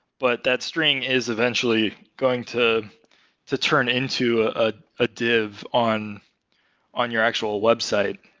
but that string is eventually going to to turn into a ah div on on your actual website.